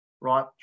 right